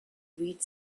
read